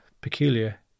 peculiar